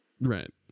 Right